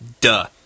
Duh